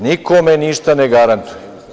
Nikome ništa ne garantuje.